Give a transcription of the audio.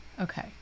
okay